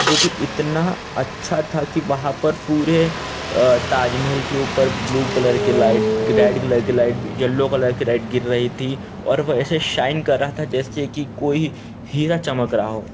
जो कि इतना अच्छा था कि वहाँ पर पूरे ताजमहल के ऊपर ब्लू कलर के लाइट रैड कलर के लाइट येलो कलर के रैड गिर रही थी और वह ऐसे शाइन कर रहा था जैसे कि कोई हीरा चमक रहा हो